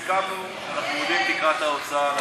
אנחנו סיכמנו שאנחנו מורידים את תקרת ההוצאה.